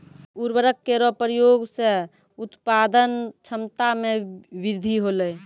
उर्वरक केरो प्रयोग सें उत्पादन क्षमता मे वृद्धि होलय